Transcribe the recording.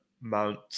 Mount